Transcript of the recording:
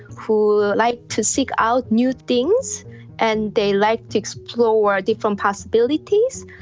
who like to seek out new things and they like to explore different possibilities,